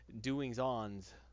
doings-ons